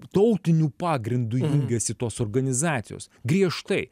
tautiniu pagrindu jungiasi tos organizacijos griežtai